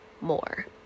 more